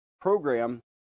program